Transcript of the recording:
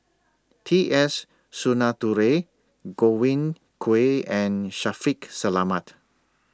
T S Sinnathuray Godwin Koay and Shaffiq Selamat